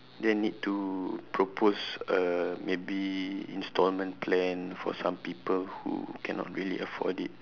then need to propose a maybe instalment plan for some people who cannot really afford it